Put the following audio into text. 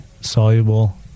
soluble